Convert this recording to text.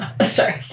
Sorry